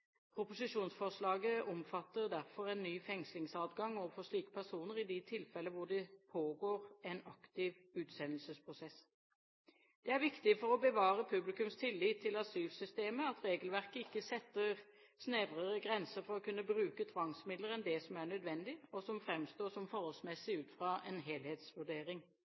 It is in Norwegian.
Proposisjonsforslaget omfatter derfor en ny fengslingsadgang overfor slike personer i de tilfeller hvor det pågår en aktiv utsendelsesprosess. Det er viktig for å bevare publikums tillit til asylsystemet at regelverket ikke setter snevrere grenser for å kunne bruke tvangsmidler enn det som er nødvendig, og som framstår som forholdsmessig ut fra en helhetsvurdering.